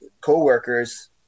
coworkers